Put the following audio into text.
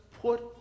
put